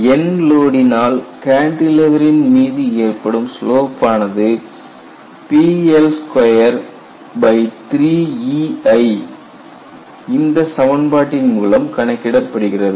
end லோடினால் கான்டிலீவரின் மீது ஏற்படும் ஸ்லோப் ஆனது PL23EI இந்த சமன்பாட்டின் மூலம் கணக்கிடப்படுகிறது